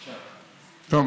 טוב,